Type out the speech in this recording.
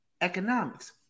economics